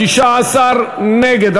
16 נגד.